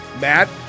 Matt